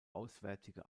auswärtige